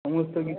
সমস্ত কিছু